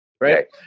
right